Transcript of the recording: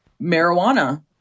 Marijuana